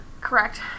correct